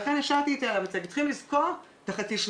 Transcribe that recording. אם זה ב-13:00 או ב-13:30 ואז אם הצהרונים מתוקצב שעתיים